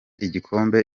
igikombe